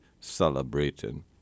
celebrating